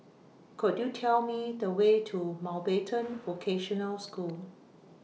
Could YOU Tell Me The Way to Mountbatten Vocational School